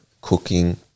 cooking